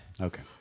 Okay